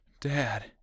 Dad